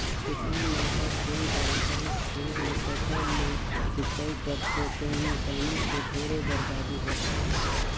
किसान मन हर जेन पांरपरिक ढंग ले सतह ले सिचई करथे तेम्हे पानी के ढेरे बरबादी होथे